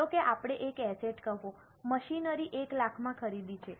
ધારો કે આપણે એક એસેટ કહો મશીનરી 1 લાખમાં ખરીદી છે